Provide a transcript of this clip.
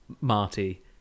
Marty